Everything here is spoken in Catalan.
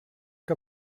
que